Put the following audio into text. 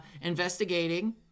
investigating